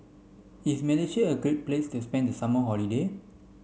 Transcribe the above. is Malaysia a great place to spend the summer holiday